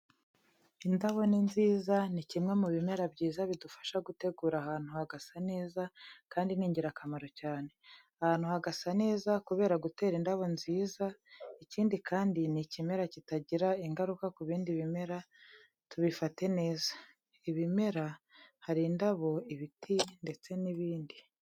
Indabo ni nziza, ni kimwe mu bimera byiza bidufasha gutegura ahantu hagasa neza, kandi ni ingirakamaro cyane. Ahantu hagasa neza kubera gutera indabo nziza, ikindi kandi ni ikimera kitagira ingaruka ku bindi bimera, tubifate neza. Ibimera hari indabo, ibiti ndetse n'ibindi.